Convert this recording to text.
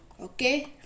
okay